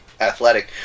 athletic